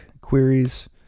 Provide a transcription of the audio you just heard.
queries